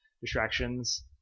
distractions